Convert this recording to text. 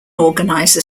organizer